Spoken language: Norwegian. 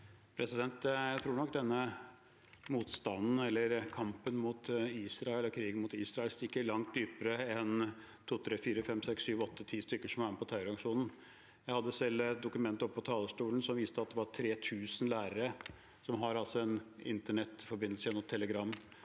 Jeg tror nok denne motstanden – eller kampen mot Israel og krigen mot Israel – stikker langt dypere enn to–ti stykker som er med på terroraksjonen. Jeg hadde selv et dokument oppe på talerstolen som viste at det var 3 000 lærere som har en internettforbindelse gjennom Telegram,